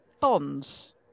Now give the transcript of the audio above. bonds